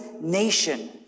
nation